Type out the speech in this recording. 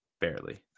Barely